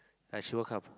ya she won't come